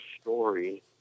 story